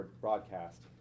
broadcast